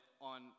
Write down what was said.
on